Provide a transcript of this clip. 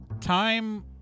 Time